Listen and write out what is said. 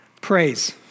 praise